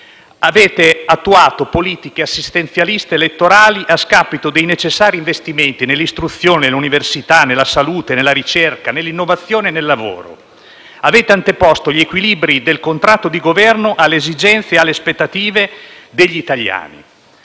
Avete attuato politiche assistenzialiste elettorali a scapito dei necessari investimenti nell'istruzione, nell'università, nella salute, nella ricerca, nell'innovazione e nel lavoro. Avete anteposto gli equilibri del contratto di Governo alle esigenze e alle aspettative degli italiani.